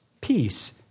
peace